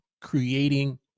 creating